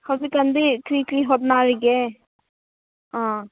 ꯍꯧꯖꯤꯛ ꯀꯥꯟꯗꯤ ꯀꯔꯤ ꯀꯔꯤ ꯍꯣꯠꯅꯔꯤꯒꯦ ꯑꯥ